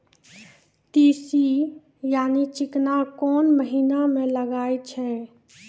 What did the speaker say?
तीसी यानि चिकना कोन महिना म लगाय छै?